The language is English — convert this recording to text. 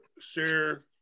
share